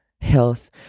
health